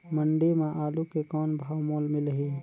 मंडी म आलू के कौन भाव मोल मिलही?